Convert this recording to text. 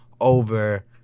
over